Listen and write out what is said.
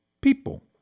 people